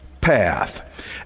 path